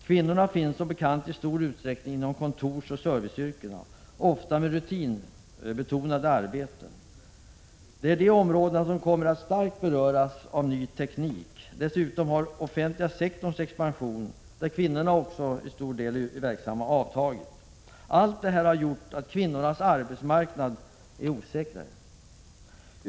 Kvinnorna finns som bekant i stor utsträckning inom kontorsoch serviceyrkena, ofta med rutinbetonade arbeten. Det är de områdena som kommer att starkt beröras av ny teknik. Dessutom har expansionen inom den offentliga sektorn — där till stor del kvinnor är verksamma — avtagit. Allt detta har gjort kvinnornas arbetsmarknad osäkrare.